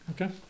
Okay